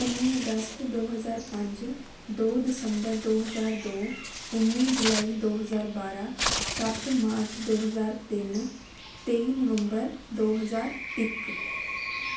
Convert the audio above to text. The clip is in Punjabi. ਉੱਨੀ ਅਗਸਤ ਦੋ ਹਜ਼ਾਰ ਪੰਜ ਦੋ ਦਸੰਬਰ ਦੋ ਹਜ਼ਾਰ ਦੋ ਉੱਨੀ ਜੁਲਾਈ ਦੋ ਹਜ਼ਾਰ ਬਾਰ੍ਹਾਂ ਸੱਤ ਮਾਰਚ ਦੋ ਹਜ਼ਾਰ ਤਿੰਨ ਤੇਈ ਨਵੰਬਰ ਦੋ ਹਜ਼ਾਰ ਇੱਕ